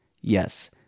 Yes